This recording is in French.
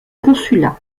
consulat